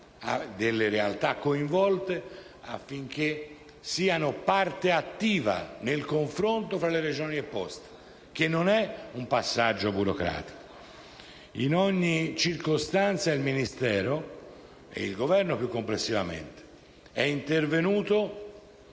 delle realtà coinvolte affinché siano parte attiva nel confronto tra le Regioni e Poste. Non si tratta infatti di un passaggio burocratico. In ogni circostanza, il Ministero ed il Governo complessivamente sono intervenuti